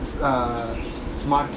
it's a s~ smart like